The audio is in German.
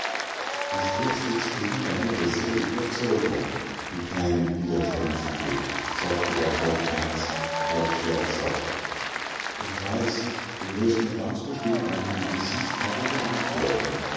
du sprichst jetzt gegen deine bessere ueberzeugung du kleine widerspenstige sagte er halb ernst halb scherzhaft ich weiß du wirst mir ganz bestimmt meine gewissensfrage beantworten